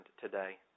today